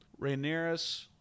Rhaenyra